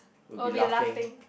will be laughing